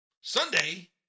Sunday